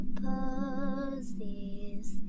posies